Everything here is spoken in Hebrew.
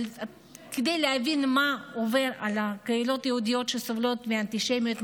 אבל כדי להבין מה עובר על קהילות יהודיות שסובלות מאנטישמיות,